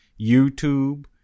YouTube